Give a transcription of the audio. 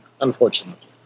unfortunately